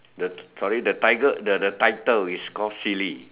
sorry the title is called silly